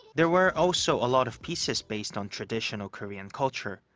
there were also a lot of pieces based on traditional korean culture,